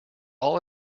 all